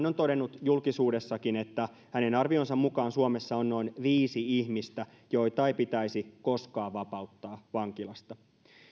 on todennut julkisuudessakin että hänen arvionsa mukaan suomessa on noin viisi ihmistä joita ei pitäisi koskaan vapauttaa vankilasta